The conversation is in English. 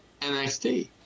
NXT